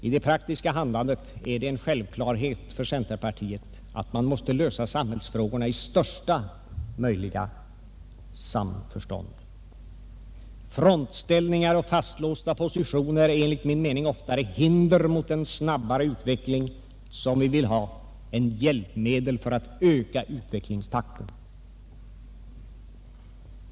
I det praktiska handlandet är det en självklarhet för centerpartiet att man mäste lösa samhällsfrågorna i största möjliga samförstånd. Frontställningar och fastlåsta positioner är enligt min mening oftare hinder mot den snabbare utveckling som vi vill ha än hjälpmedel för att öka utvecklingstakten.